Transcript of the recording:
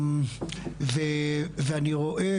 ואני רואה,